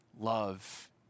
love